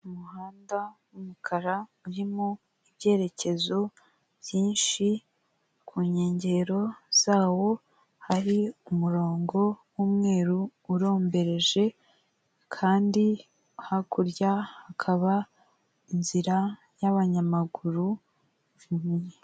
Mu muhanda w'umukara urimo ibyerekezo byinshi ku nkengero zawo hari umurongo wu'umweru urombereje kandi hakurya hakaba inzira y'abanyamaguru.